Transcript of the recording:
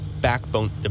backbone